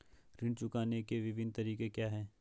ऋण चुकाने के विभिन्न तरीके क्या हैं?